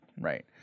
Right